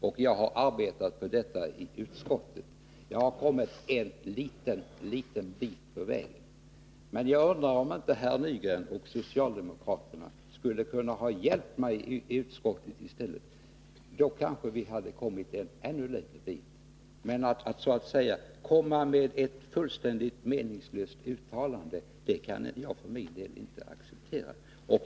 Detta har jag arbetat för i utskottet och anser mig ha kommit en liten bit på väg. Jag tycker att herr Nygren och de andra socialdemokraterna skulle ha hjälpt mig under utskottsarbetet. Då hade vi kanske kommit ytterligare en bit på väg. I stället kommer man med ett fullständigt meningslöst uttalande, och det kan jag för min del inte acceptera.